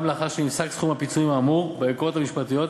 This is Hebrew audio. גם לאחר שנפסק סכום הפיצויים האמור בערכאות המשפטיות,